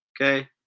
okay